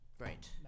right